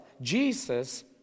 Jesus